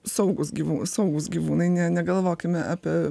saugūs gyvų saugūs gyvūnai ne negalvokime apie